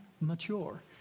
mature